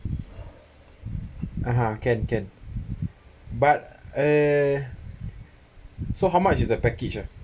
a'ah can can but uh so how much is the package uh